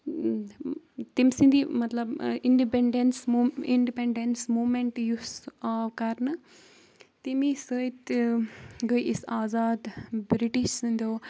تٔمۍ سٕنٛدی مطلب اِنڈِپینڈ۪نس مو اِنڈِپینڈنٕس موٗمنٹ یُسہ آو کَرنہٕ تمی سۭتۍ گٔے أسۍ آزاد بِرٛٹِش سٕنٛدیو